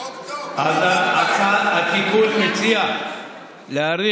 החוק טוב, בתיקון מוצע להאריך